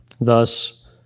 Thus